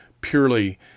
purely